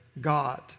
God